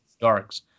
darks